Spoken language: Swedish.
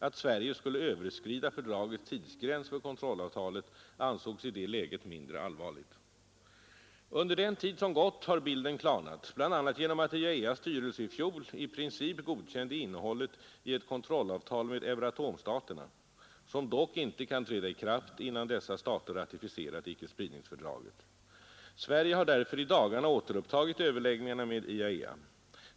Att Sverige skulle överskrida fördragets tidsgräns för kontrollavtalet ansågs i det läget mindre allvarligt. Under den tid som gått har bilden klarnat, bl.a. genom att IAEA:s styrelse i fjol i princip godkände innehållet i ett kontrollavtal med Euratomstaterna — som dock icke kan träda i kraft innan dessa stater ratificerat icke-spridningsfördraget. Sverige har därför i dagarna återupptagit överläggningarna med IAEA.